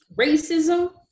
racism